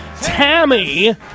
Tammy